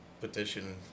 petition